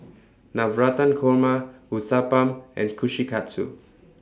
Navratan Korma Uthapam and Kushikatsu